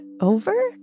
over